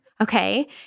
Okay